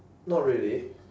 not really